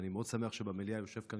ואני מאוד שמח שבמליאה יושב כאן